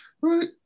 Right